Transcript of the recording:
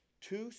two